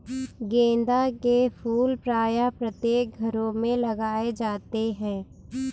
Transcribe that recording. गेंदा के फूल प्रायः प्रत्येक घरों में लगाए जाते हैं